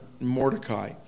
mordecai